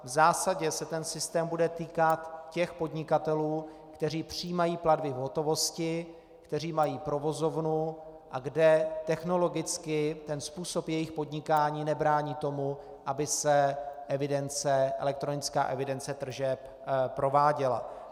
V zásadě se systém bude týkat těch podnikatelů, kteří přijímají platby v hotovosti, kteří mají provozovnu a kde technologicky způsob jejich podnikání nebrání tomu, aby se elektronická evidence tržeb prováděla.